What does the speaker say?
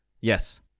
Yes